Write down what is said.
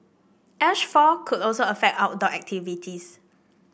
ash fall could also affect outdoor activities